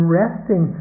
resting